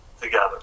together